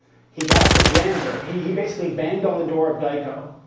he got the janitor. he he basically banged on the door of geico.